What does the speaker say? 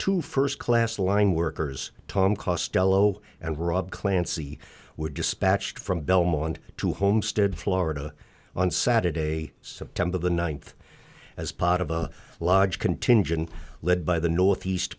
to first class line workers tom costello and rob clancy were dispatched from belmont to homestead florida on saturday september the ninth as part of a large contingent led by the northeast